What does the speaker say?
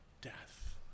death